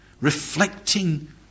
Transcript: reflecting